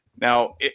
Now